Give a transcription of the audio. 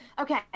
okay